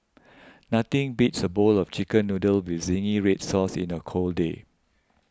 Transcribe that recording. nothing beats a bowl of Chicken Noodles with Zingy Red Sauce in a cold day